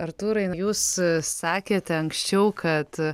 artūrai jūs sakėte anksčiau kad